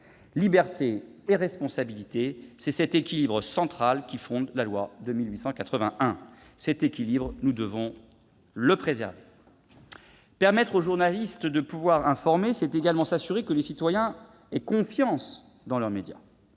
Liberté et responsabilité : c'est cet équilibre central qui fonde cette loi ; nous devons le préserver. Permettre aux journalistes d'informer, c'est également s'assurer que les citoyens aient confiance dans leurs médias.